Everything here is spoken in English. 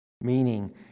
Meaning